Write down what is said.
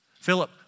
Philip